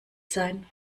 sein